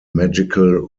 magical